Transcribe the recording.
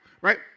right